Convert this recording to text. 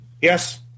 yes